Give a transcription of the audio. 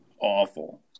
awful